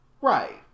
Right